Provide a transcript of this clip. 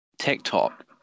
TikTok